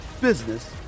business